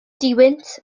duwynt